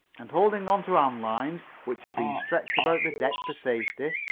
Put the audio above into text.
and, holding on to hand-lines which had been stretched about the deck for safety,